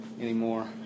anymore